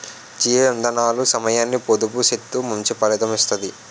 జీవ ఇందనాలు సమయాన్ని పొదుపు సేత్తూ మంచి ఫలితం ఇత్తది